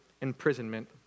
imprisonment